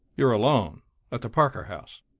you're alone at the parker house?